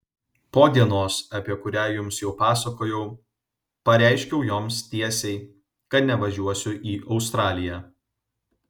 po dienos apie kurią jums jau pasakojau pareiškiau joms tiesiai kad nevažiuosiu į australiją